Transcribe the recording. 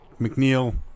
McNeil